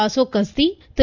Ashok Kasti Thiru